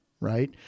right